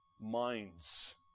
minds